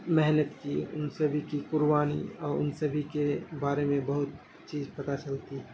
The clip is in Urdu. محنت کی ان سبھی کی قربانی اور ان سبھی کے بارے میں بہت چیز پتا چلتی ہے